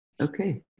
Okay